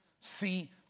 See